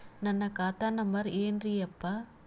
ನನ್ನ ಖಾತಾ ನಂಬರ್ ಏನ್ರೀ ಯಪ್ಪಾ?